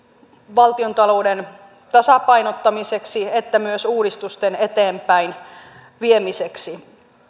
valtiontalouden tasapainottamiseksi että myös uudistusten eteenpäinviemiseksi